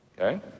okay